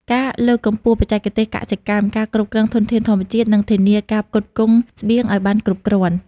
ការលើកកម្ពស់បច្ចេកទេសកសិកម្ម ការគ្រប់គ្រងធនធានធម្មជាតិ និងធានាការផ្គត់ផ្គង់ស្បៀងឲ្យបានគ្រប់គ្រាន់។